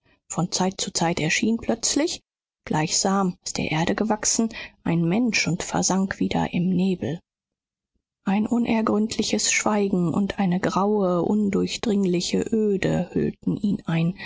von zeit zu zeit erschien plötzlich gleichsam aus der erde gewachsen ein mensch und versank wieder im nebel ein unergründliches schweigen und eine graue undurchdringliche öde hüllten ihn ein